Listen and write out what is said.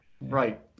Right